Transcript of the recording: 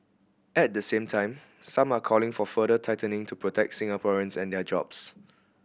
at the same time some are calling for further tightening to protect Singaporeans and their jobs